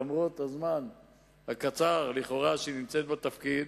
למרות הזמן הקצר לכאורה שהיא בתפקיד.